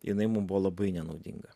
jinai mum buvo labai nenaudinga